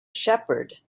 shepherd